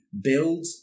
build